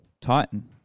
Titan